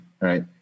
right